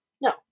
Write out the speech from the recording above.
No